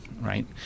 right